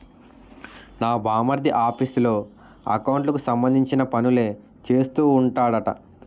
నా బావమరిది ఆఫీసులో ఎకౌంట్లకు సంబంధించిన పనులే చేస్తూ ఉంటాడట